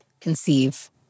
conceive